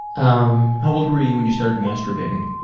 um how old were you when you started masturbating?